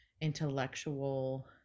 intellectual